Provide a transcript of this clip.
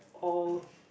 all